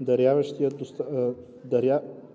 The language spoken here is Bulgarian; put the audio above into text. даряващия доставчик.